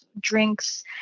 drinks